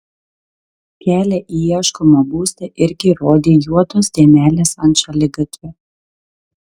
kelią į ieškomą būstą irgi rodė juodos dėmelės ant šaligatvio